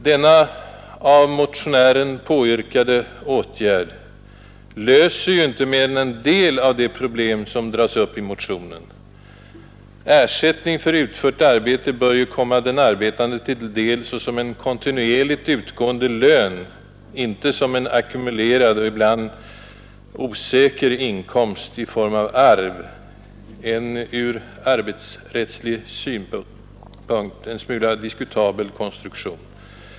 Den av motionären 61 påyrkade åtgärden löser ju inte mer än en del av de problem som berörs i motionen. Ersättning för utfört arbete bör ju i princip komma den arbetande till del såsom en kontinuerligt utgående lön, inte som en ackumulerad och ibland osäker inkomst i form av arv, en ur arbetsrättslig synpunkt en smula diskutabel konstruktion.